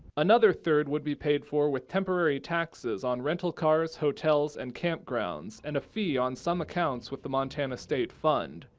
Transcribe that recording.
another third would be paid for with temporary taxes on rental cars, hotels and campgrounds, and a fee on some accounts with the montana state fund.